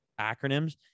acronyms